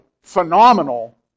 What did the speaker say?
phenomenal